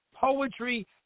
Poetry